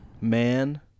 Man